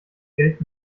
geld